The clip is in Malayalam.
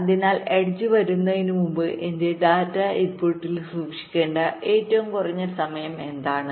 അതിനാൽ എഡ്ജ് വരുന്നതിനുമുമ്പ് എന്റെ ഡാറ്റ ഇൻപുട്ടിൽ സൂക്ഷിക്കേണ്ട ഏറ്റവും കുറഞ്ഞ സമയം എന്താണ്